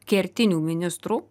kertinių ministrų